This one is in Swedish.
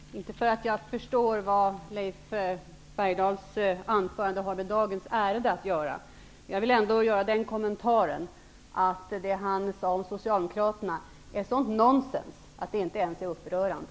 Herr talman! Inte för att jag förstår vad Leif Bergdahls anförande har med dagens ärende att göra, men jag vill ändå göra den kommentaren att det han sade om Socialdemokraterna är sådant nonsens att det inte ens är upprörande.